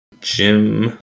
Jim